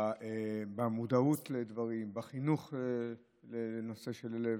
במודעות לדברים, בחינוך בנושא הלב.